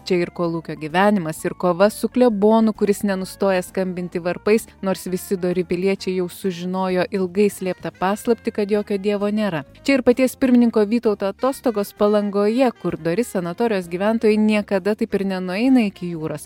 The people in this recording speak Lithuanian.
čia ir kolūkio gyvenimas ir kova su klebonu kuris nenustoja skambinti varpais nors visi dori piliečiai jau sužinojo ilgai slėptą paslaptį kad jokio dievo nėra čia ir paties pirmininko vytauto atostogos palangoje kur dori sanatorijos gyventojai niekada taip ir nenueina iki jūros